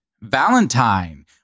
Valentine